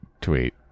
tweet